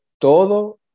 todo